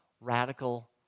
radical